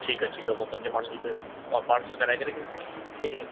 ठीकु आहे ठीकु आहे मां पंज माण्हुनि जी पार्सल कराए करे की ई